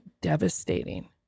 devastating